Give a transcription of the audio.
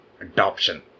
adoption